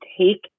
take